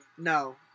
No